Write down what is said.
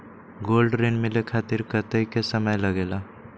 Gold ऋण मिले खातीर कतेइक समय लगेला?